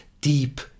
deep